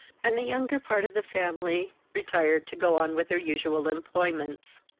and the younger part of the family retired to go on with their usual employments.